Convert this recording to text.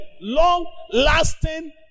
long-lasting